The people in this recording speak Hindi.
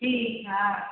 ठीक है आ